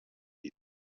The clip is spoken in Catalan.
pit